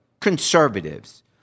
conservatives